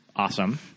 Awesome